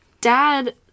Dad